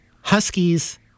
Huskies